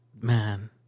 man